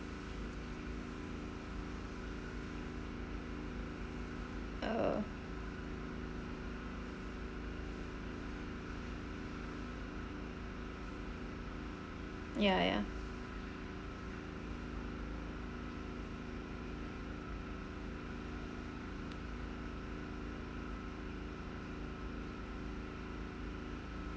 uh ya ya